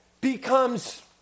becomes